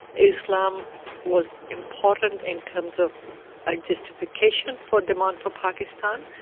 islam was important in terms of a justification for demand for pakistan,